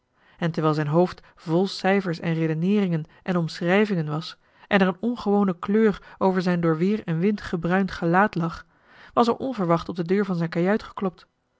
en terwijl zijn hoofd vol cijfers en redeneeringen en omschrijvingen was en er een ongewone kleur over zijn door weer en wind gehruind gelaat lag was er onverwacht op de deur van zijn kajuit geklopt